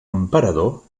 emperador